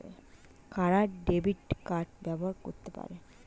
কারা debit card ব্যবহার করতে পারেন?